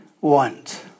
want